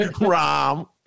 Rom